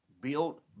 build